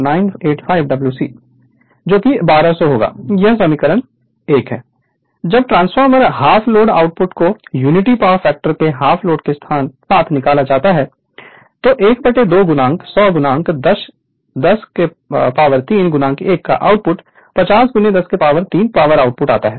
Refer Slide Time 0218 अब जब transformer half load output को यूनिटी पावर फैक्टर के हाफ लोड के साथ निकाला जाता है तो 12X100X103X10 का आउटपुट 50X 103 पावर व्हाट आता है